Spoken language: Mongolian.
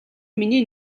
миний